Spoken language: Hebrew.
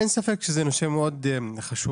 אין ספק שזה נושא מאוד חשוב.